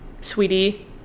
sweetie